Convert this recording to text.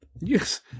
Yes